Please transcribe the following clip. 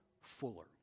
fuller